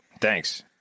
Thanks